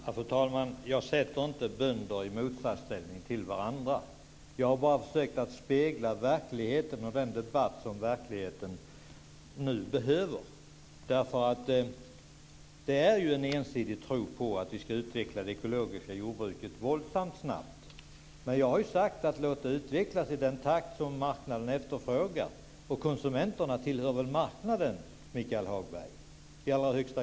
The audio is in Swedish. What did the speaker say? Fru talman! Jag sätter inte bönder i motsatsställning till varandra. Jag har bara försökt spegla verkligheten och den debatt som verkligheten nu behöver. Det finns ju en ensidig tro på att vi ska utveckla det ekologiska jordbruket våldsamt snabbt, men jag har sagt att vi ska låta det utvecklas i den takt som marknaden efterfrågar. Och konsumenterna tillhör väl i allra högsta grad marknaden, Michael Hagberg!